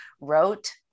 wrote